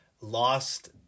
lost